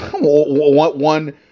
one